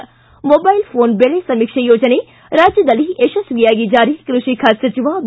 ಿ mobile phone ಬೆಳೆ ಸಮೀಕ್ಷೆ ಯೋಜನೆ ರಾಜ್ಯದಲ್ಲಿ ಯಶಸ್ವಿಯಾಗಿ ಜಾರಿ ಕೃಷಿ ಖಾತೆ ಸಚಿವ ಬಿ